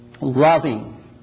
loving